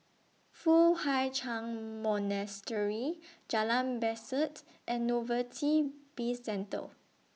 Foo Hai Ch'An Monastery Jalan Besut and Novelty Bizcentre